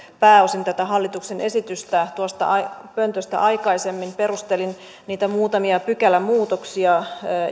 pääosin tätä hallituksen esitystä tuosta pöntöstä aikaisemmin perustelin niitä muutamia pykälämuutoksia